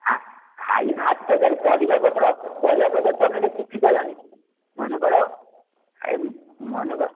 ଖାଲି ଭାତ କରି ପରିବା ପତ୍ର ପରିବା ପତ୍ର ତମେ ତ କିଛି କଲନି ମନେକର ମନେକର